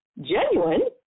genuine